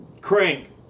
Crank